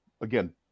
again